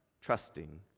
trusting